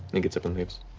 and gets up and leaves.